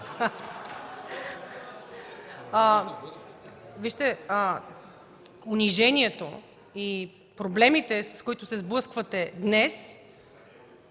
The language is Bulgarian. Унижението и проблемите, с които се сблъсквате днес,